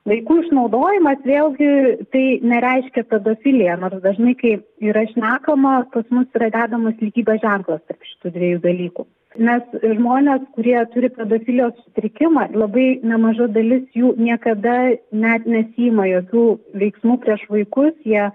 vaikų išnaudojimas vėl gi tai nereiškia pedofilija nors nors dažnai kai yra šnekama pas mus yra dedamas lygybės ženklas šitų dviejų dalykų nes žmonės kurie turi pedofilijos sutrikimą labai nemaža dalis jų niekada net nesiima jokių veiksmų prieš vaikus jie